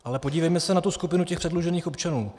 Ale podívejme se na tu skupinu předlužených občanů.